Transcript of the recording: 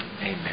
Amen